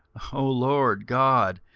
o lord god,